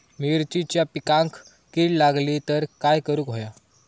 मिरचीच्या पिकांक कीड लागली तर काय करुक होया?